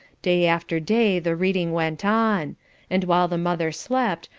day after day the reading went on and while the mother slept,